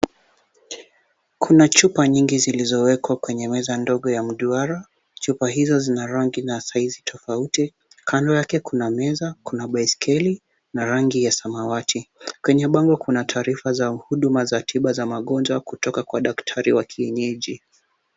Kuna chupa nyingi zilizowekwa kwenye meza ndogo ya mduara, chupa hizo zina rangi na saizi tofauti kando yake kuna meza, kuna baiskeli na rangi ya samawati, kwenye bango kuna taarifa za huduma za tiba za magonjwa kutoka kwa daktari wa kienyeji.